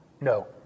No